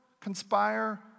conspire